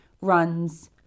runs